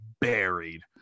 buried